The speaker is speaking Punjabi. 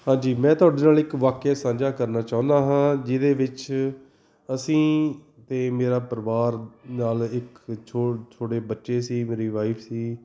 ਹਾਂਜੀ ਮੈਂ ਤੁਹਾਡੇ ਨਾਲ ਇੱਕ ਵਾਕਿਆ ਸਾਂਝਾ ਕਰਨਾ ਚਾਹੁੰਦਾ ਹਾਂ ਜਿਹਦੇ ਵਿੱਚ ਅਸੀਂ ਅਤੇ ਮੇਰਾ ਪਰਿਵਾਰ ਨਾਲ ਇੱਕ ਛੋ ਛੋਟੇ ਬੱਚੇ ਸੀ ਮੇਰੀ ਵਾਈਫ ਸੀ